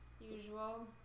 Usual